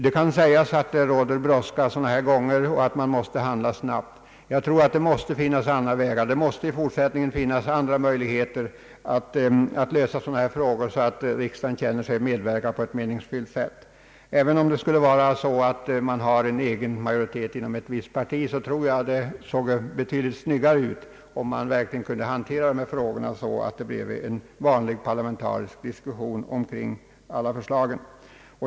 Det kan sägas att det råder brådska sådana här gånger och att man måste handla snabbt, men jag anser att det i fortsättningen måste finnas andra möjligheter att lösa sådana frågor så att riksdagen känner sig medverka på ett meningsfullt sätt. även om man har majoritet inom ett visst parti tror jag det skulle se betydligt snyggare ut om man fick till stånd en vanlig parlamentarisk diskussion om förslagen.